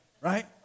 Right